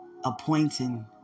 appointing